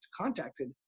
contacted